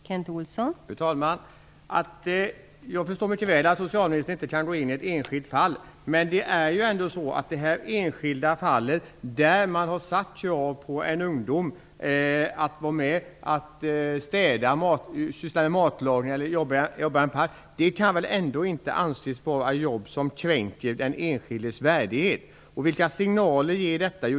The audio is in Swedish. Fru talman! Jag förstår mycket väl att socialministern inte kan gå in och kommentera ett enskilt fall. Men i det enskilda fallet där man har ställt krav på en ungdom att städa, syssla med matlagning eller jobba i en park kan det väl ändå inte anses vara fråga om ett jobb som kränker den enskildes värdighet. Vilka signaler ger detta?